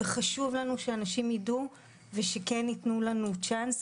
חשוב לנו שאנשים ידעו ושכן יתנו לנו צ'אנס,